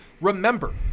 remember